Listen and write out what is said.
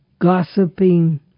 gossiping